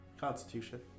Constitution